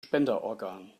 spenderorgan